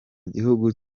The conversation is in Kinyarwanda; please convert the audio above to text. gihugu